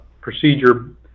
procedure